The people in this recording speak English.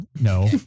No